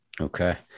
okay